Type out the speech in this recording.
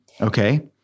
Okay